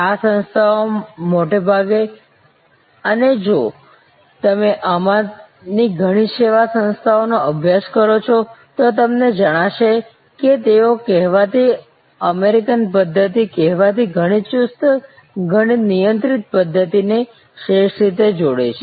આ સંસ્થાઓ મોટે ભાગે અને જો તમે આમાંની ઘણી સેવા સંસ્થાઓનો અભ્યાસ કરો છો તો તમે જોશો કે તેઓ કહેવાતી અમેરિકનપદ્ધત્તિ કહેવાતી ઘણી ચુસ્ત ઘણી નિયંત્રિત પદ્ધત્તિ ને શ્રેષ્ઠ રીતે જોડે છે